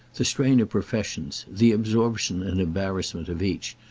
the strain of professions, the absorption and embarrassment of each,